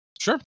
Sure